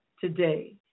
today